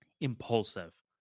impulsive